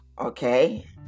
Okay